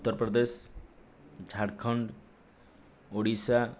Uttar Pradesh Jharkhand Odisha